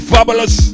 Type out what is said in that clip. Fabulous